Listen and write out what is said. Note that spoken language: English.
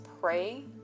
pray